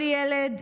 כל ילד,